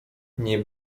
nie